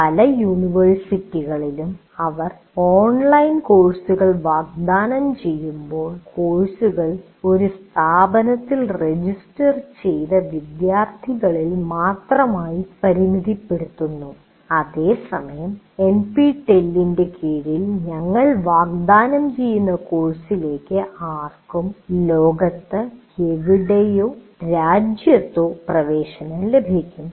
പല യൂണിവേഴ്സിറ്റികളിലും അവർ ഓൺലൈൻ കോഴ്സുകൾ വാഗ്ദാനം ചെയ്യുമ്പോൾ കോഴ്സുകൾ ഒരു സ്ഥാപനത്തിൽ രജിസ്റ്റർ ചെയ്ത വിദ്യാർത്ഥികളിൽ മാത്രമായി പരിമിതപ്പെടുത്തിയിരിക്കുന്നു അതേസമയം എൻപിടിഎല്ലിൻറെ കീഴിൽ ഞങ്ങൾ വാഗ്ദാനം ചെയ്യുന്ന കോഴ്സിലേക്ക് ആർക്കും ലോകത്ത് എവിടെയോ രാജ്യത്തോ പ്രവേശനം ലഭിക്കും